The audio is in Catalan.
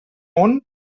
món